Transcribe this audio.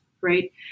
Right